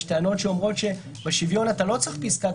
יש טענות שאומרות שבשוויון אתה לא צריך פסקת